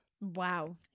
Wow